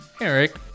Eric